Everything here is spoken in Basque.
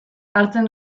hartzen